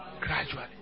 Gradually